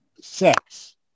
sex